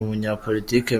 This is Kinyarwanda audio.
umunyapolitiki